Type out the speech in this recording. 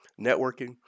networking